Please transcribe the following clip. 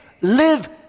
live